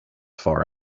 far